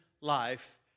life